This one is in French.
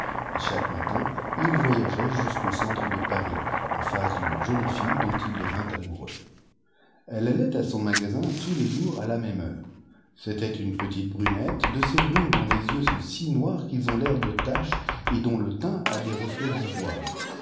et chaque matin il voyageait jusqu'au centre de paris en face d'une jeune fille dont il devint amoureux elle allait à son magasin tous les jours à la même heure c'était une petite brunette de ces brunes dont les yeux sont si noirs qu'ils ont l'air de taches et dont le teint a des reflets d'ivoire